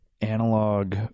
analog